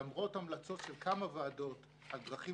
למרות המלצות של כמה ועדות על דרכים